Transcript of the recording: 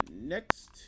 Next